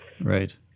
Right